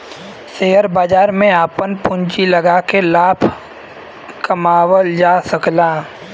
share बाजार में आपन पूँजी लगाके लाभ कमावल जा सकला